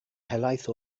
helaeth